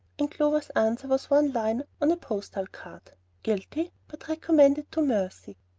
and clover's answer was one line on a postal card guilty, but recommended to mercy!